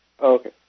Okay